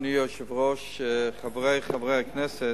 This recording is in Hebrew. אדוני היושב-ראש, חברי חברי הכנסת,